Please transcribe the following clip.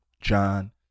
John